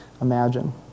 imagine